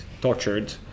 tortured